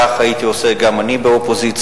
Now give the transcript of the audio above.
כך הייתי עושה גם אני באופוזיציה.